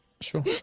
Sure